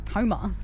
Homer